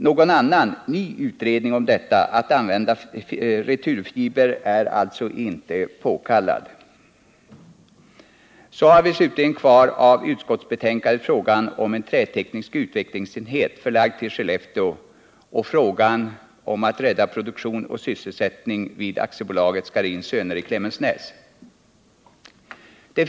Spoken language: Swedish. Någon ytterligare utredning i frågan om användningen av returfiber är därför inte påkallad. Av de ärenden som behandlas i utskottsbetänkandet återstår slutligen frågorna om inrättandet av en träteknisk utvecklingsenhet i Skellefteå och att rädda produktion och sysselsättning vid AB Scharins Söner i Klemensnäs.